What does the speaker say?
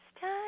time